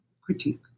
critique